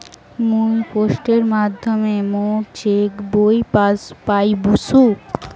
মুই পোস্টের মাধ্যমে মোর চেক বই পাইসু